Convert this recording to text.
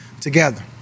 together